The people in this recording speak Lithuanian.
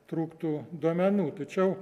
trūktų duomenų tačiau